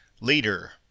Leader